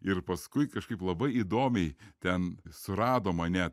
ir paskui kažkaip labai įdomiai ten surado mane